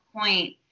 point